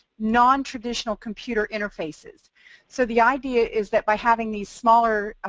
non-traditional computer interfaces so the idea is that by having these smaller ah.